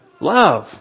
love